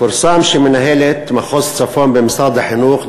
פורסם שמנהלת מחוז צפון במשרד החינוך,